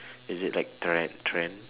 is it like tre~ trend